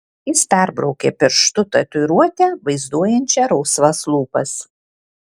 jis perbraukė pirštu tatuiruotę vaizduojančią rausvas lūpas